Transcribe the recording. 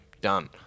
done